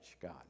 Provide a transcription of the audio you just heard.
God